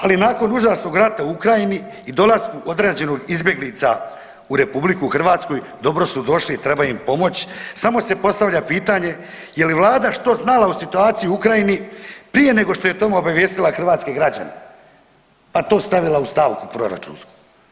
Ali nakon užasnog rata u Ukrajini i dolaskom određenih izbjeglica u Republiku Hrvatsku dobro su došli i treba im pomoć, samo se postavlja pitanje je li Vlada što znalo o situaciji u Ukrajini prije nego što je o tome obavijestila hrvatske građane, pa to stavila u stavku proračunsku?